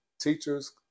teachers